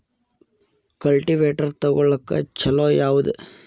Cultivator ತೊಗೊಳಕ್ಕ ಛಲೋ ಯಾವದ?